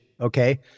Okay